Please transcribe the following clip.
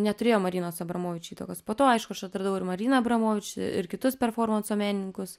neturėjo marinos abramovič įtakos po to aišku aš atradau ir mariną abramovič ir kitus performanso menininkus